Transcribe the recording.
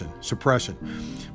suppression